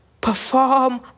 Perform